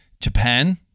Japan